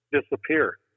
disappear